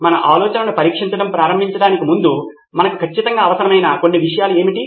మన ఆలోచనలను పరీక్షించడం ప్రారంభించడానికి ముందు మనకు ఖచ్చితంగా అవసరమైన కొన్ని విషయాలు ఏమిటి